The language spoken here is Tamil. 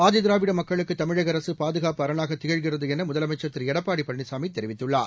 ஆதிதிராவிட மக்களுக்கு தமிழக அரசு பாதுகாப்பு அரணாக திகழ்கிறது என முதலமைச்சர் திரு எடப்பாடி பழனிசாமி தெரிவித்துள்ளார்